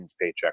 paycheck